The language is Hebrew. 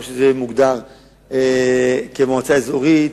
או שזה מוגדר כמועצה אזורית.